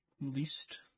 Least